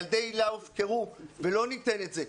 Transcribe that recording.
ילדי היל"ה הופקרו ולא ניתן לזה לקרות.